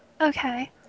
Okay